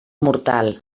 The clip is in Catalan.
mortal